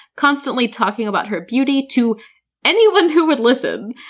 constantly talking about her beauty to anyone who would listen.